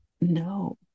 no